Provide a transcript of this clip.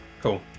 Cool